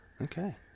Okay